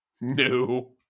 No